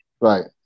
right